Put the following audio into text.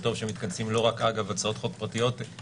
וטוב שמתכנסים לא רק אגב הצעות חוק ספציפיות,